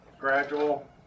gradual